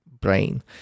brain